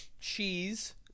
cheese